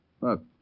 Look